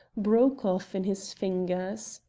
broke off in his fingers.